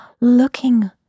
looking